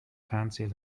fancy